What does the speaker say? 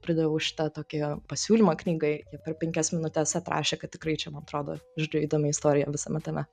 pradėjau šitą tokį pasiūlymą knygai jie per penkias minutes atrašė kad tikrai čia mantrodo žodžiu įdomi istorija visame tame